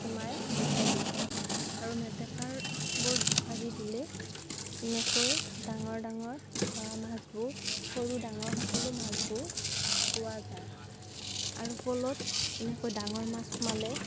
সোমাই উঠাই দিওঁ আৰু মেটেকাৰবোৰ জোকাৰি দিলে এনেকৈ ডাঙৰ ডাঙৰ বা মাছবোৰ সৰু ডাঙৰ সকলো মাছবোৰ পোৱা যায় আৰু পলত এনেকৈ ডাঙৰ মাছ সোমালে